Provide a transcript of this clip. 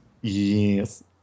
Yes